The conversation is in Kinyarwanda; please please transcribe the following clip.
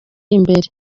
imbere